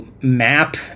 map